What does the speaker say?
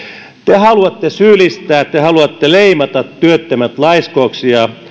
te haluatte syyllistää te haluatte leimata työttömät laiskoiksi ja